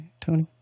Tony